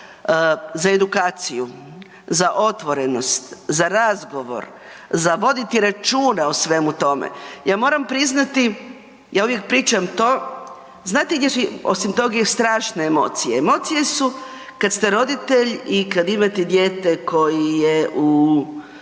za edukaciju, za otvorenost, za razgovor, za voditi računa o svemu tome. Ja moram priznati, ja uvijek pričam to, znate .../Govornik se ne razumije./... osim toga strašne emocije? Emocije su kad ste roditelj i kad imate dijete koje se bavi